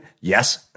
Yes